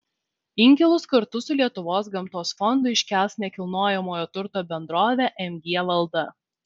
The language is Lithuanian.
inkilus kartu su lietuvos gamtos fondu iškels nekilnojamojo turto bendrovė mg valda